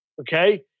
okay